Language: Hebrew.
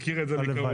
מכיר את זה מקרוב.